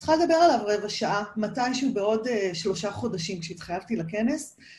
צריכה לדבר עליו רבע שעה, מתישהו בעוד שלושה חודשים כשהתחייבתי לכנס.